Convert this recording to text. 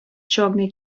чорний